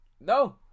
No